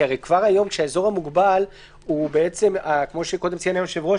כי הרי כבר היום כשהאזור המוגבל הוא בעצם כמו שקודם ציין היושב-ראש,